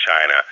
China